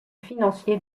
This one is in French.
financier